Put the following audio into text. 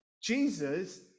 Jesus